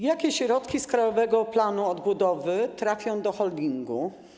Jakie środki z Krajowego Planu Odbudowy trafią do holdingu?